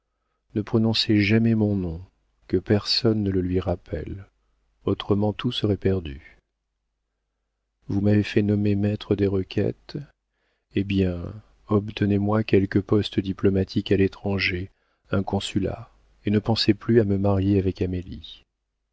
ne prononcez jamais mon nom que personne ne le lui rappelle autrement tout serait perdu vous m'avez fait nommer maître des requêtes eh bien obtenez-moi quelque poste diplomatique à l'étranger un consulat et ne pensez plus à me marier avec amélie